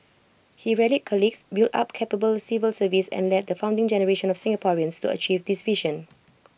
he rallied colleagues built up A capable civil service and led the founding generation of Singaporeans to achieve this vision